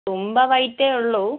തുമ്പ വൈറ്റേ ഉള്ളൂ